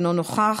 אינו נוכח,